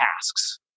tasks